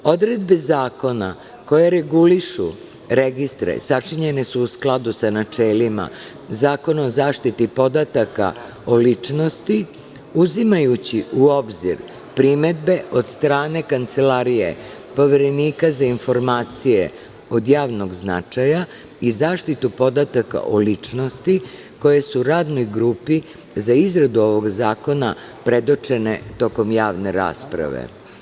Odredbe zakona, koje regulišu registre, sačinjene su u skladu sa načelima Zakona o zaštiti podataka o ličnosti, uzimajući u obzir primedbe od strane Kancelarije Poverenika za informacije od javnog značaja i zaštitu podataka o ličnosti, koje su radnoj grupi za izradu ovog zakona predočene tokom javne rasprave.